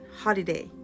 holiday